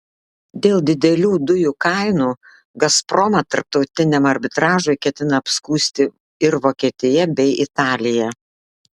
dėl didelių dujų kainų gazpromą tarptautiniam arbitražui ketina apskųsti ir vokietija bei italija